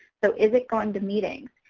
so, is it going to meetings?